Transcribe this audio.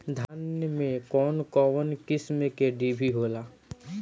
धान में कउन कउन किस्म के डिभी होला?